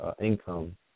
income